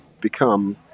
become